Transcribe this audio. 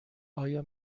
آیا